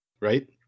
Right